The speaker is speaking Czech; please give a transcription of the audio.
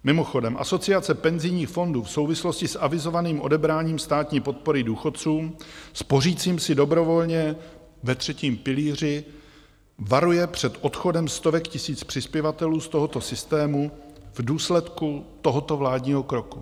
Mimochodem, Asociace penzijních fondů v souvislosti s avizovaným odebráním státní podpory důchodcům spořícím si dobrovolně ve třetím pilíři varuje před odchodem stovek tisíc přispěvatelů z tohoto systému v důsledku tohoto vládního kroku.